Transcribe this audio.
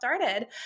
started